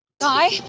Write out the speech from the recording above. Guy